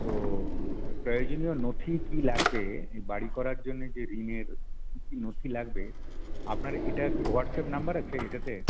তো প্রয়োজনীয় নথি কী লাগবে এই বাড়ি করার জন্যে যে ঋণের কী কী নথি লাগবে আপনার এটা কি হোয়াটসঅ্যাপ নাম্বার আছে এটাতে